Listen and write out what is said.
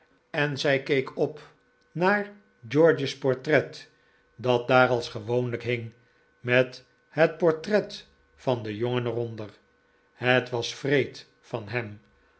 en zij keek op naar george's portret dat daar als gewoonlijk hing met het portret van den jongen er onder het was wreed van hem